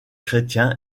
chrétiens